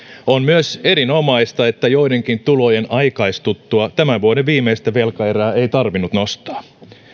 on myös erinomaista että joidenkin tulojen aikaistuttua tämän vuoden viimeistä velkaerää ei tarvinnut nostaa